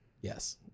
Yes